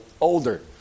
older